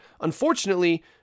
unfortunately